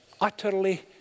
utterly